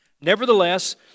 Nevertheless